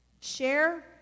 Share